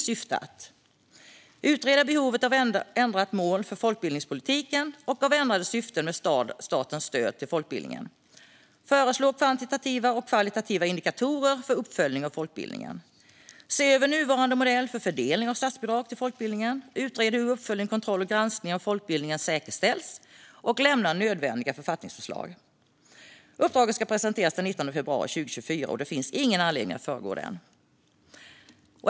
Syftet är att man ska utreda behovet av ändrat mål för folkbildningspolitiken och av ändrade syften med statens stöd till folkbildningen, föreslå kvantitativa och kvalitativa indikatorer för uppföljning av folkbildningen, se över nuvarande modell för fördelning av statsbidrag till folkbildningen, utreda hur uppföljning, kontroll och granskning av folkbildningen säkerställs och lämna nödvändiga författningsförslag. Uppdraget ska presenteras den 19 februari 2024, och det finns ingen anledning att föregripa detta.